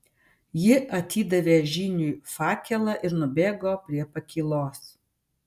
ji atidavė žyniui fakelą ir nubėgo prie pakylos